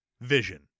Vision